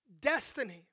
destiny